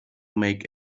make